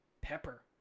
pepper